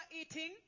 eating